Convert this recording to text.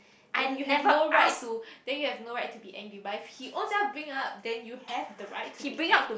then you have no right to then you have no right to be angry but if he ovrselves bring up then you have the right to be angry